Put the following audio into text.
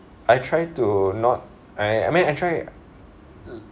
I try to not I I mean I try